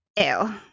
ew